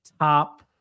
top